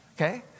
okay